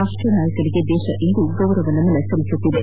ರಾಪ್ಟನಾಯಕನಿಗೆ ದೇಶ ಇಂದು ಗೌರವ ನಮನ ಸಲ್ಲಿಸುತ್ತಿದೆ